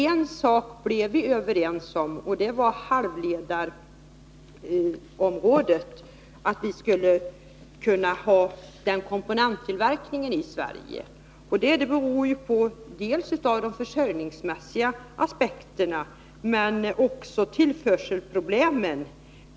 En sak är vi ju överens om, och det är att vi skulle kunna ha tillverkningen av halvledarkomponenter i Sverige. Det beror dels på försörjningsmässiga aspekter, dels på tillförselproblem.